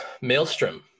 Maelstrom